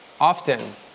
Often